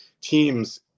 teams